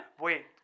Wait